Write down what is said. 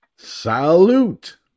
Salute